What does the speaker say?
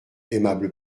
aimable